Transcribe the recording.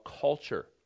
culture